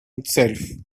itself